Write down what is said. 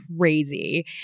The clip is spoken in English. crazy